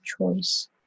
choice